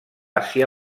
àsia